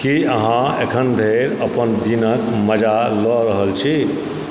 की अहाँ अखन धरि अपन दिनक मजा लऽ रहल छी